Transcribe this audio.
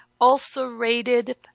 ulcerated